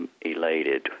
elated